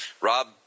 Rob